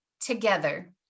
together